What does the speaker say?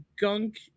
gunk